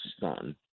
son